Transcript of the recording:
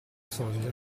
soglia